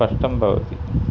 स्पष्टं भवति